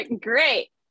great